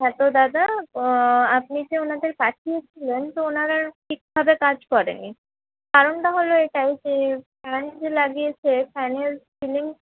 হ্যাঁ তো দাদা আপনি যে ওনাদের পাঠিয়েছিলেন তো ওনারা ঠিকভাবে কাজ করেনি কারণটা হলো এটাই যে ফ্যান যে লাগিয়েছে ফ্যানের সিলিং